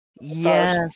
Yes